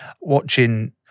watching